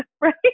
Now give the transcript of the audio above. right